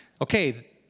okay